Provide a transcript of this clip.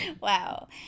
Wow